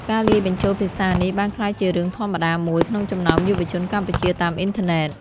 ការលាយបញ្ចូលភាសានេះបានក្លាយជារឿងធម្មតាមួយក្នុងចំណោមយុវជនកម្ពុជាតាមអ៊ីនធឺណិត។